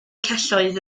celloedd